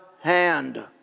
hand